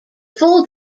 full